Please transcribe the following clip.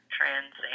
Trans